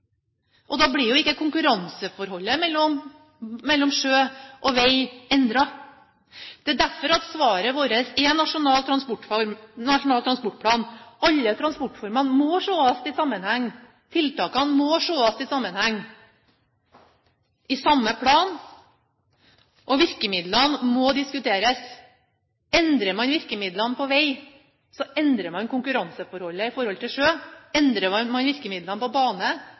Da blir ikke konkurranseforholdet mellom sjø og vei endret. Det er derfor svaret vårt er Nasjonal transportplan. Alle transportformene må ses i sammenheng, tiltakene må ses i sammenheng i samme plan, og virkemidlene må diskuteres. Endrer man virkemidlene på vei, endrer man konkurranseforholdet til sjø. Endrer man virkemidlene på bane,